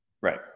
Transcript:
Right